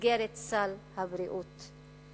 סל הבריאות.